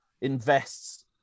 invests